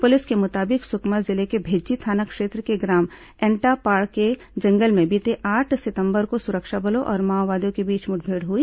police के मुताबिक सुकमा जिले के भेज्जी थाना क्षेत्र के ग्राम एंटापाड़ के जंगल में बीते आठ सितंबर को सुरक्षा बलों और माओवादियों के बीच मुठभेड़ हुई